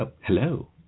Hello